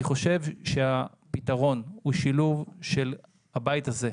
אני חושב שהפתרון הוא שילוב של הבית הזה,